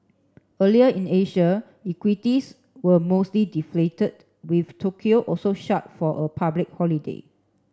earlier in Asia equities were mostly deflated with Tokyo also shut for a public holiday